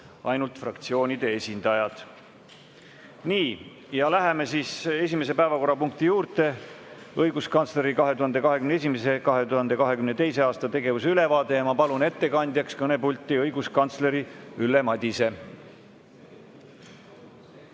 ainult fraktsioonide esindajad. Nii. Läheme esimese päevakorrapunkti juurde. Õiguskantsleri 2021.–2022. aasta tegevuse ülevaade. Ma palun ettekandjaks kõnepulti õiguskantsler Ülle Madise.